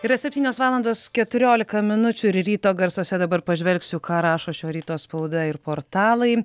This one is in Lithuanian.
yra septynios valandos keturiolika minučių ryto garsuose dabar pažvelgsiu ką rašo šio ryto spauda ir portalai